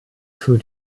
für